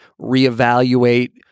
reevaluate